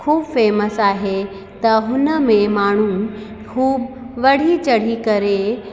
ख़ूब फेमस आहे त हुन में माण्हू हू बड़ी चढ़ी करे